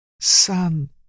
Son